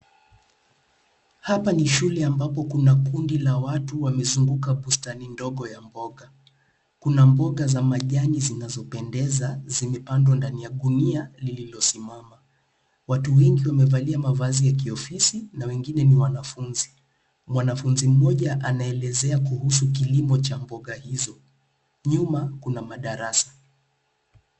Hapa ni shule ambako kuna kundi la watu wamezunguka bustani ndogo ya mboga. Kuna mboga za majani zinazopendeza zimepandwa ndani ya gunia lililosimama. Watu wengi wamevalia mavazi ya kiofisi na wengine ni wanafunzi. Mwanafunzi mmoja anaelezea kuhusu kilimo cha mboga hizo. Nyuma kuna madarasa.